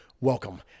Welcome